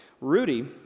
Rudy